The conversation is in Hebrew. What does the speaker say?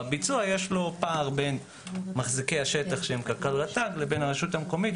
בביצוע יש לו פער בין מחזיקי השטח שהם קק"ל או רט"ג לבין הרשות המקומית,